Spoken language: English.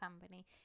company